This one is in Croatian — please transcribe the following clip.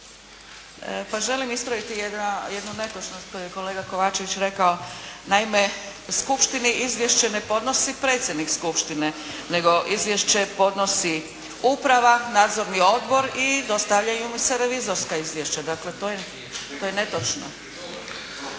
Pa želim ispraviti jednu netočnog koju je kolega Kovačević rekao. Naime, skupštini izvješće ne podnosi predsjednik skupštine nego izvješće podnosi uprava, nadzorni odbor i dostavljaju mu se revizorska izvješća. Dakle, to je netočno.